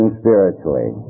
spiritually